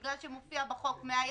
בגלל שמופיע בחוק "100 ימים".